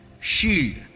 Shield